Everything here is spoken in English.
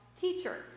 teacher